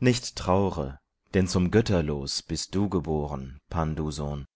nicht traure denn zum götterlos bist du geboren pndu sohn